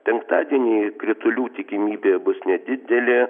penktadienį kritulių tikimybė bus nedidelė